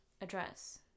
Address